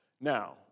Now